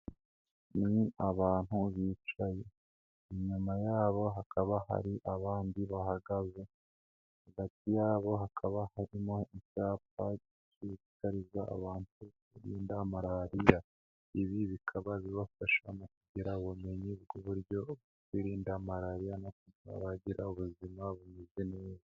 Ni abantu bicaye inyuma yabo hakaba hari abandi bahagaze, hagati yabo hakaba harimo icyapa gishishikariza abantu kwirinda malariya. Ibi bikaba bibafasha mu kugira ubumenyi bw'uburyo birinda malaria no kuba bagira ubuzima bumeze neza.